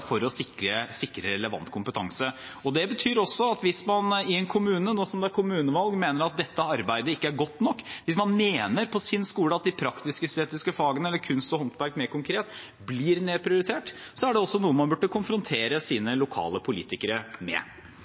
det er kommunevalg: Hvis man i en kommune mener at dette arbeidet ikke er godt nok, hvis man mener at på sin skole blir de praktisk-estetiske, eller kunst og håndverk mer konkret, blir nedprioritert, er det noe man burde konfrontere sine lokale politikere med.